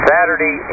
Saturday